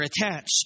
attached